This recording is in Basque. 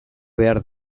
behar